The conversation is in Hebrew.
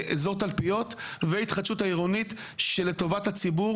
באזור תלפיות והתחדשות העירונית שלטובת הציבור